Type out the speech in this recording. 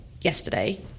yesterday